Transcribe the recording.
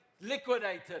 liquidated